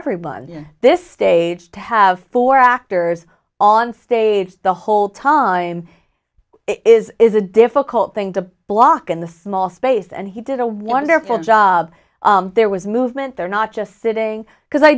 everyone in this stage to have four actors on stage the whole time is is a difficult thing to block in the small space and he did a wonderful job there was movement there not just sitting because i